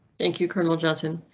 thank you, colonel johnson.